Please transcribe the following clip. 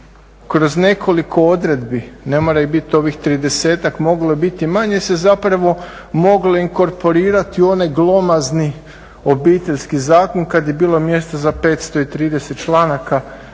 kroz nekoliko odredbi, ne moraju bit ovih 30-tak, moglo je biti i manje, se zapravo moglo inkorporirati u onaj glomazni Obiteljski zakon. Kad je bilo mjesta za 530 članaka, bilo